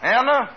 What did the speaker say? Anna